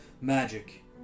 magic